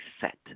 set